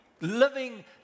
living